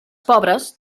pobres